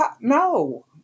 No